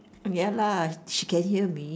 ya lah she can hear me